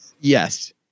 Yes